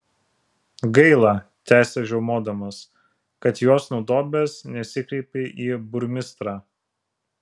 gaila tęsė žiaumodamas kad juos nudobęs nesikreipei į burmistrą